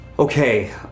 Okay